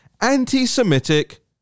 anti-semitic